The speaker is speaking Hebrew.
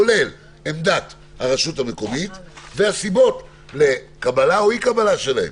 כולל עמדת הרשות המקומית והסיבות לקבלה או אי קבלה שלהם.